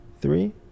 Three